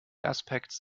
aspects